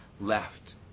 left